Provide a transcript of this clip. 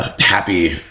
Happy